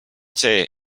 see